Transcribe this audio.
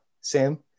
Sam